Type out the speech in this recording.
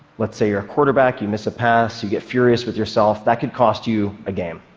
let's say you're a quarterback. you miss a pass. you get furious with yourself. that could cost you a game.